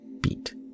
Beat